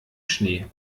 schnee